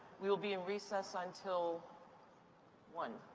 we will be in recess until one